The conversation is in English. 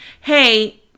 hey